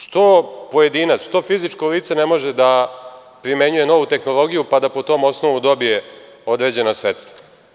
Što pojedinac, što fizičko lice ne može da primenjuje novu tehnologiju, pa da po tom osnovu dobije određena sredstva.